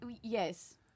Yes